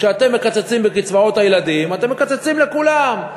כשאתם מקצצים בקצבאות הילדים אתם מקצצים לכולם,